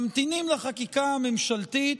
ממתינים לחקיקה הממשלתית,